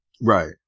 Right